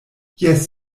jes